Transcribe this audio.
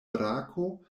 brako